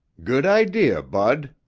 good idea, bud,